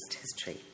history